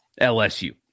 LSU